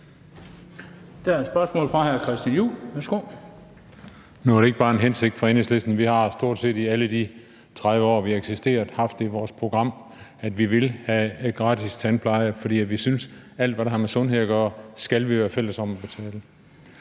Der er et spørgsmål fra hr. Christian Juhl. Værsgo. Kl. 18:57 Christian Juhl (EL): Nu er det ikke bare Enhedslistens hensigt; vi har stort set i alle de 30 år, vi har eksisteret, haft i vores program, at vi vil have gratis tandpleje, fordi vi synes, at alt, hvad der har med sundhed gøre, skal vi være fælles om at betale.